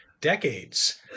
decades